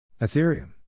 Ethereum